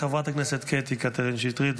חברת הכנסת קטי קטרין שטרית.